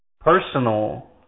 personal